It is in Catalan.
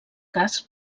cas